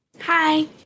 Hi